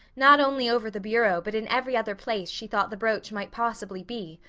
not only over the bureau but in every other place she thought the brooch might possibly be.